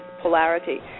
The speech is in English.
polarity